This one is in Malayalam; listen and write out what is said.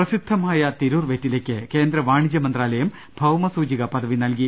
പ്രസിദ്ധമായ തിരൂർ വെറ്റിലയ്ക്ക് കേന്ദ്ര വാണിജ്യ മന്ത്രാലയം ഭൌമസൂചിക പദവി നൽകി